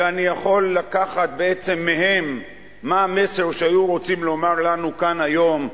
ואני יכול לקחת מהם מה המסר שהיו רוצים לומר לנו כאן היום,